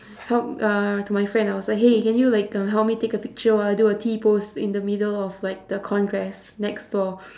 help uh to my friend I was like hey can you like uh help me take a picture while I do a t-pose in the middle of like the congress next door